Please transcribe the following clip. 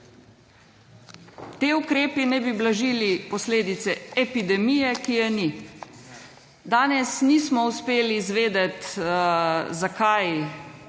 Ti ukrepi naj bi blažili posledice epidemije, ki je ni. Danes nismo uspeli izvedeti zakaj